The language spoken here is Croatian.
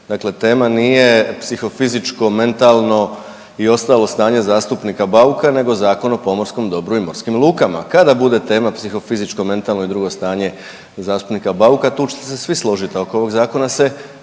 tema nije psihofizičko, mentalno i ostalo stanje zastupnika Bauka nego Zakon o pomorskom dobru i morskim lukama. Kada bude tema psihofizičko, mentalno i drugo stanje zastupnika Bauka tu ćete se svi složit, a oko ovog zakona se